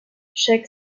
chaque